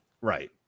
Right